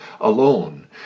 alone